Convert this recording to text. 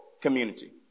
community